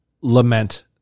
lament